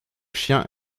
chien